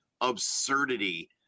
absurdity